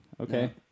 Okay